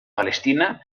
palestina